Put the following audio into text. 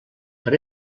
per